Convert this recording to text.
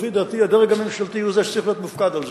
לפי דעתי הדרג הממשלתי הוא שצריך להיות מופקד על זה.